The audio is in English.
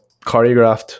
choreographed